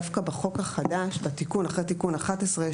דווקא בחוק החדש אחרי תיקון 11,